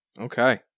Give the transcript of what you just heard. Okay